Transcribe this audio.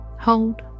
Hold